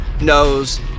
knows